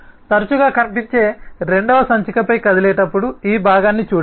తరచుగా కనిపించే రెండవ సంచికపై కదిలేటప్పుడు ఈ భాగాన్ని చూడండి